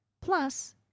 Plus